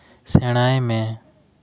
ᱥᱮᱬᱟᱭ ᱢᱮ